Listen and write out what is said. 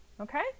Okay